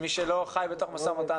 מי שלא חי בתוך משא ומתן,